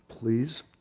please